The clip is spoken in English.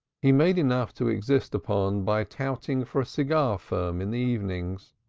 he made enough to exist upon by touting for a cigar-firm in the evenings.